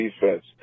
defense